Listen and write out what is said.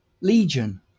Legion